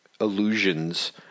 illusions